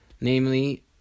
Namely